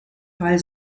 fall